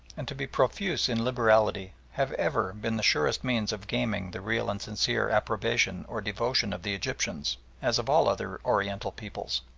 and to be profuse in liberality, have ever been the surest means of gaming the real and sincere approbation or devotion of the egyptians, as of all other oriental peoples.